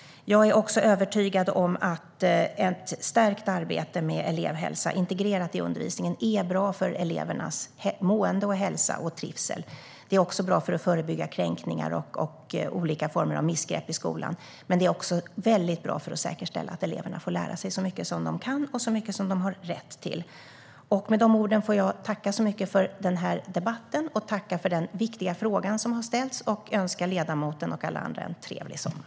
Jag är också övertygad om att ett stärkt arbete med elevhälsa, integrerat i undervisningen, är bra för elevernas mående, hälsa och trivsel. Det är bra för att förebygga kränkningar och olika former av missgrepp i skolan, och det är väldigt bra för att säkerställa att eleverna får lära sig så mycket de kan och har rätt till. Svar på interpellationer Med de orden får jag tacka så mycket för debatten och för den viktiga fråga som har ställts. Jag önskar ledamoten och alla andra en trevlig sommar.